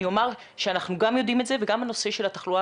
אני אומר שאנחנו גם יודעים את זה וגם הנושא של התחלואה